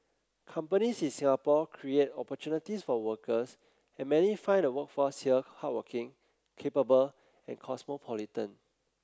companies in Singapore create opportunities for workers and many find the workforce here hardworking capable and cosmopolitan